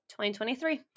2023